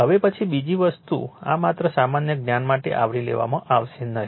હવે પછી બીજી વસ્તુ આ માત્ર સામાન્ય જ્ઞાન માટે આવરી લેવામાં આવશે નહીં